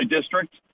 district